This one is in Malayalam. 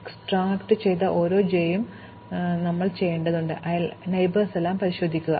എക്സ്ട്രാക്റ്റുചെയ്ത ഓരോ ജെ യ്ക്കും ഞങ്ങൾ ചെയ്യേണ്ടതുണ്ട് അയൽവാസികളെയെല്ലാം പരിശോധിക്കുക